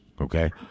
Okay